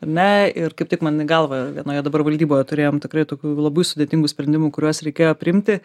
ane ir kaip tik man į galvą vienoje dabar valdyboje turėjom tikrai tokių labai sudėtingų sprendimų kuriuos reikėjo priimti